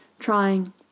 Trying